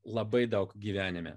labai daug gyvenime